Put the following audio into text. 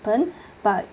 but